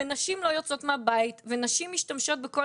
ונשים לא יוצאות מהבית ונשים משתמשות בכל